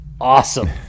awesome